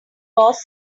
boss